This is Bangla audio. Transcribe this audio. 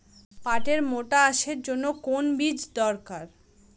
পাটের মোটা আঁশের জন্য কোন বীজ দরকার?